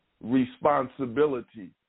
responsibility